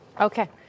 Okay